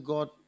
God